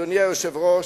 אדוני היושב-ראש,